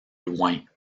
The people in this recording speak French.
loing